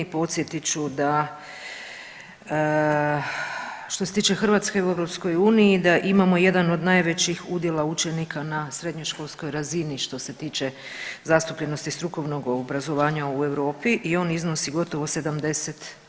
I podsjetit ću da što se tiče Hrvatske u EU da imamo jedan od najvećih udjela učenika na srednjoškolskoj razini što se tiče zastupljenosti strukovnog obrazovanja u Europi i on iznosi gotovo 70%